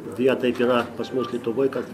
deja taip yra pas mus lietuvoj kad